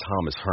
Thomas